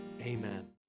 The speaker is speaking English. amen